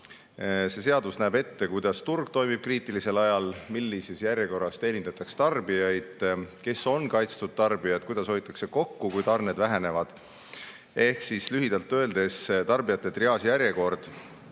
See seadus näeb ette, kuidas turg toimib kriitilisel ajal, millises järjekorras teenindatakse tarbijaid, kes on kaitstud tarbijad, kuidas hoitakse kokku, kui tarned vähenevad. Ehk lühidalt öeldes tarbijate triaaž, järjekord,